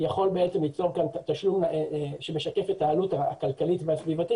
יכול ליצור כאן תשלום שמשקף את העלות הכלכלית והסביבתית,